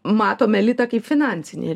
matom elitą kaip finansinį